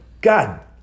God